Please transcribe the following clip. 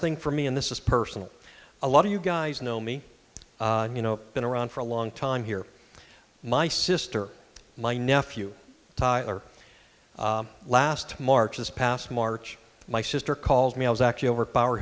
thing for me and this is personal a lot of you guys know me you know been around for a long time here my sister my nephew her last march this past march my sister called me i was actually over power